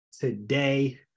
today